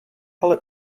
ale